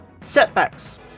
setbacks